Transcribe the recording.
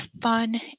fun